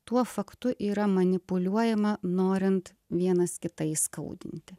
tuo faktu yra manipuliuojama norint vienas kitą įskaudinti